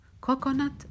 coconut